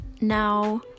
Now